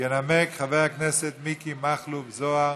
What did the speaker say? ינמק חבר הכנסת מיקי מכלוף זוהר,